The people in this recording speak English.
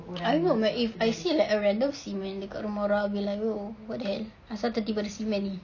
I don't know my if like I see a random cement dekat rumah orang I'll be like oh what the hell asal tiba-tiba ada cement ni